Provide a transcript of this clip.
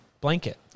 blanket